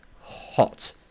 hot